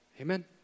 Amen